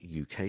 UK